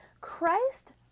Christ